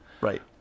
right